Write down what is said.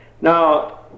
Now